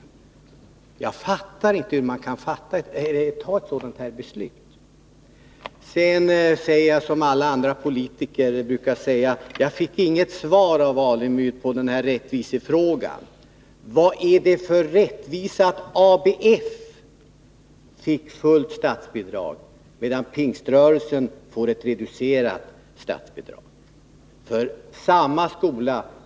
Men jag förstår inte hur utbildningsutskottet, som haft att behandla motionerna, har kunnat fatta ett sådant här beslut. Jag säger samma sak som alla andra politiker brukar säga: Jag fick inget svar på min fråga. Jag frågade Stig Alemyr: Vad är det för rättvisa att ABF fick fullt statsbidrag, medan Pingströrelsen får ett reducerat statsbidrag för samma skola?